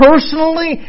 Personally